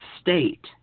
state